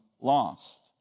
lost